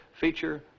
feature